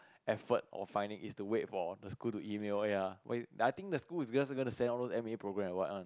effort or finding is to wait for the school to email ya wait I think the school is just going to send all those M A program or what one